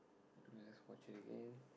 let's watch it again